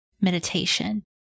meditation